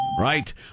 right